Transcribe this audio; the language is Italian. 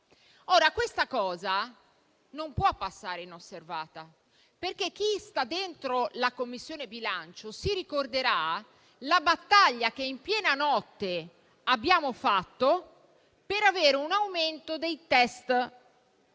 Questa cosa non può passare inosservata, perché chi siede in Commissione bilancio si ricorderà la battaglia che in piena notte abbiamo fatto per avere un aumento dei test,